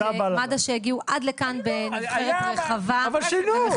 --- אני רוצה להודות למד"א שהגיעו עד לכאן בנוכחות רחבה ומכבדת.